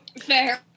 Fair